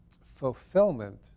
fulfillment